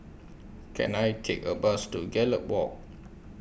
Can I Take A Bus to Gallop Walk